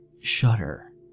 shudder